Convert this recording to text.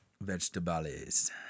Vegetables